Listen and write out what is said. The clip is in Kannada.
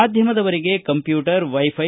ಮಾಧ್ಯಮದವರಿಗೆ ಕಂಪ್ಯೂಟರ್ ವೈಫೈ